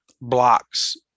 blocks